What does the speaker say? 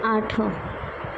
आठ